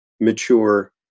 mature